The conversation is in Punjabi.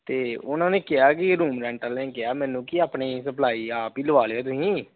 ਅਤੇ ਉਹਨਾਂ ਨੇ ਕਿਹਾ ਕਿ ਰੂਮ ਰੈਂਟ ਵਾਲੇ ਨੇ ਕਿਹਾ ਮੈਨੂੰ ਕਿ ਆਪਣੀ ਸਪਲਾਈ ਆਪ ਹੀ ਲਵਾ ਲਿਓ ਤੁਸੀਂ